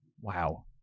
Wow